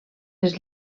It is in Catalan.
les